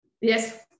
Yes